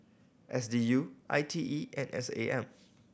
S D U I T E and S A M